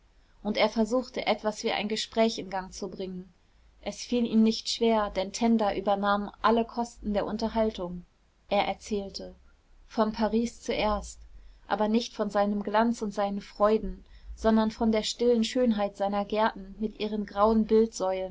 und er versuchte etwas wie ein gespräch in gang zu bringen es fiel ihm nicht schwer denn tenda übernahm alle kosten der unterhaltung er erzählte von paris zuerst aber nicht von seinem glanz und seinen freuden sondern von der stillen schönheit seiner gärten mit ihren grauen